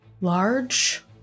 large